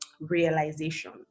realization